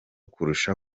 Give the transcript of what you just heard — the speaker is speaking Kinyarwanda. kurusha